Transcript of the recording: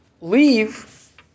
leave